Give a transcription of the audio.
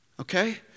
Okay